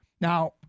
Now